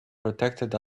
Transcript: protected